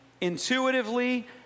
intuitively